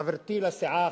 חברתי לסיעה,